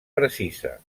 precisa